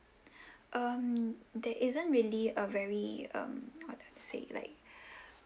um there isn't really a very um how do I have to say like